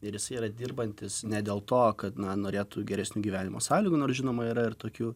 ir jis yra dirbantis ne dėl to kad na norėtų geresnio gyvenimo sąlygų nors žinoma yra ir tokių